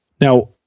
Now